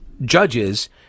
judges